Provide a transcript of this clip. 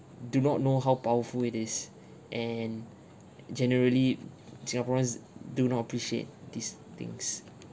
do not know how powerful it is and generally singaporeans do not appreciate these things